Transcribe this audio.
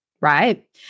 right